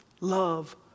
Love